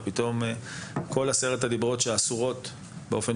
ופתאום כל עשרת הדיברות שאסורות באופן